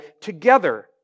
together